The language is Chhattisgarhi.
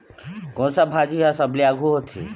कोन सा भाजी हा सबले आघु होथे?